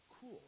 cool